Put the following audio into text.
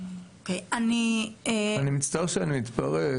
אני מצטער שאני מתפרץ,